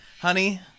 Honey